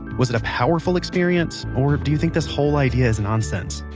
was it a powerful experience, or do you think this whole idea is nonsense?